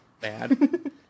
Bad